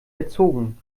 erzogen